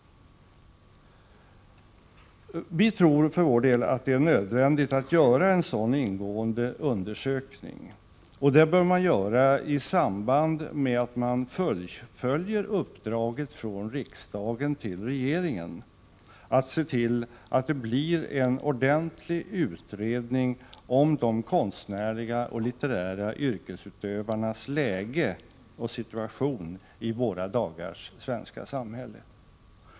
Vi tror för vår del att det är nödvändigt att göra en sådan ingående undersökning, och den bör göras i samband med att man fullföljer uppdraget från riksdagen till regeringen att se till att det blir en ordentlig utredning om de konstnärliga och litterära yrkesutövarnas situation i våra dagars svenska samhälle.